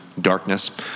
darkness